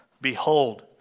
Behold